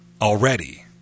already